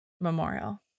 memorial